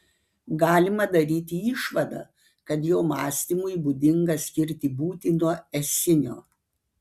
galima daryti išvadą kad jo mąstymui būdinga skirti būtį nuo esinio